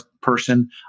person